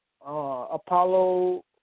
Apollo